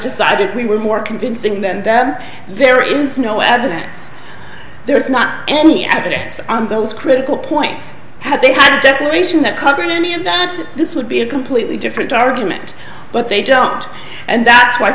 decided we were more convincing than that there is no evidence there's not any epix on those critical points had they had a declaration that covered any and that this would be a completely different argument but they don't and that's why